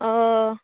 ᱳᱻ